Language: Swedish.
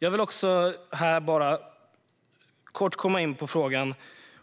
Jag vill kort komma in på frågan